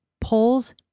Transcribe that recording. pulls